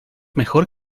mejor